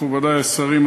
מכובדי השרים,